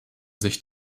sich